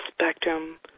spectrum